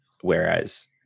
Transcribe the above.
whereas